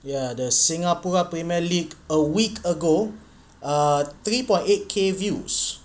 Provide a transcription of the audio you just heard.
ya the singapore premier league a week ago err three point eight K views